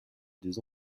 des